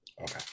Okay